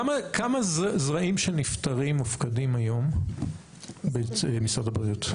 כמה זרעים של נפטרים מופקדים היום במשרד הבריאות?